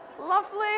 Lovely